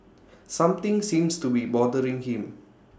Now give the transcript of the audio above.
something seems to be bothering him